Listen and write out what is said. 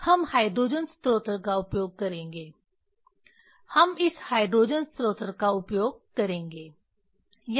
हम हाइड्रोजन स्रोत का उपयोग करेंगे हम इस हाइड्रोजन स्रोत का उपयोग करेंगे संदर्भ समय 2036